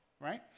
right